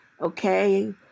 okay